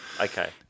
Okay